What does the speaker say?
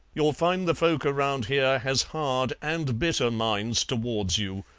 you'll find the folk around here has hard and bitter minds towards you.